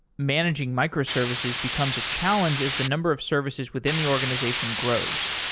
managing microservices becomes a challenge as the number of services within the organization grows.